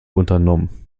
unternommen